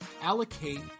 allocate